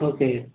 okay